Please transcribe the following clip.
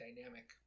dynamic